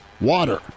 water